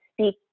speak